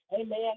Amen